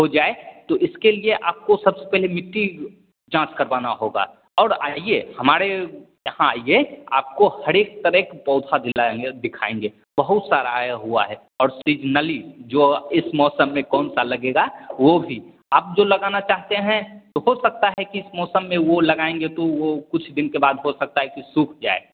हो जाए तो इसके लिये आपको सबसे पहले मिट्टी जांच करवाना होगा और आइए हमारे यहाँ आइए आपको हरेक तरेह क पौधा दिलाएंगे दिखाएंगे बहुत सारा आया हुवा हे और सीजनली जो इस मौसम में कौन सा लगेगा वो भी आप जो लगाना चाहते हैं तो हो सकता हैं कि इस मौसम में वो लगाएंगे तो वो कुछ दिन के बाद हो सकता हे की सूख जाए